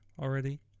already